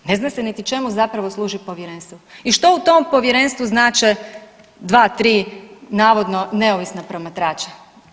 Ne zna se niti čemu zapravo služi povjerenstvo i što u tom povjerenstvu znače dva, tri navodno neovisna promatrača.